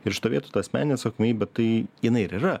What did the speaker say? ir šitoj vietoj ta asmeninė atsakomybė tai jinai ir yra